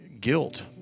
guilt